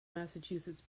massachusetts